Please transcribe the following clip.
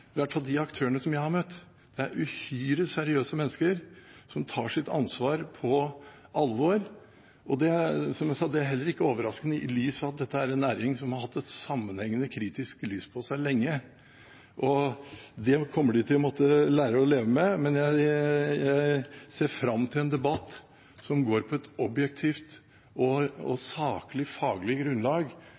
som jeg sa, heller ikke overraskende i lys av at dette er en næring som har hatt et sammenhengende kritisk lys på seg lenge. Det kommer de til å måtte lære å leve med, men jeg ser fram til en debatt som går på et objektivt og saklig faglig grunnlag,